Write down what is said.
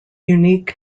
unique